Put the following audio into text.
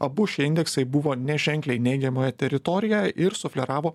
abu šie indeksai buvo neženkliai neigiamoje teritorijoje ir sufleravo